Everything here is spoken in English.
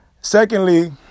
Secondly